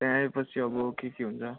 त्यहाँ आएपछि अब के के हुन्छ